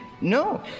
no